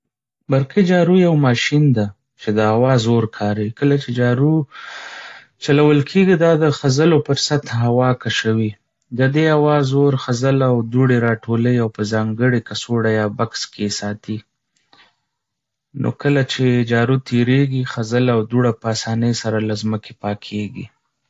برقي جارو یوه ماشین ده چې د هوا زور کاروي. کله چې جارو چلول کېږي، دا د خځلو پر سطحه هوا کشوي. د دې هوا زور خځله او دوړې راټولوي او په ځانګړي کڅوړه یا بکس کې یې ساتي. نو کله چې جارو تېرېږي، خځله او دوړه په اسانۍ سره له ځمکې پاکېږي.